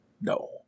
No